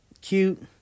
Cute